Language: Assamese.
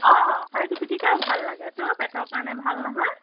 অ' সেইটো পিটিকাও ভাল লাগেটো পেটৰ কাৰণে ভাল নহয়